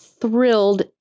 thrilled